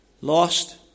lost